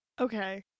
Okay